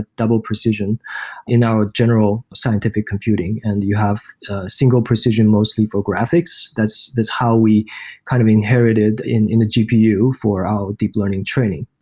double precision in our general scientific computing, and you have single precision mostly for graphics. that's how we kind of inherited in in the gpu for our deep learning training.